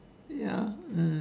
ya